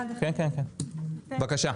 בבקשה.